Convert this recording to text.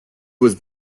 was